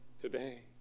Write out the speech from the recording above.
today